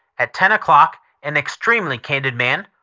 at ten o'clock an extremely candid man,